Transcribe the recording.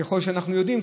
ככל שאנחנו יודעים,